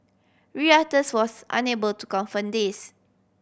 Reuters was unable to confirm this